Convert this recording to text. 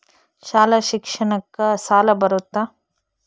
ಶಾಲಾ ಶಿಕ್ಷಣಕ್ಕ ಸಾಲ ಬರುತ್ತಾ?